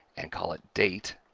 and call it date,